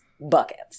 buckets